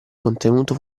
contenuto